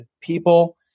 people